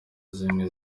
zimwe